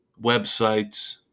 websites